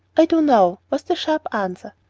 i do now was the sharp answer.